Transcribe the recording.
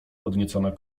podniecona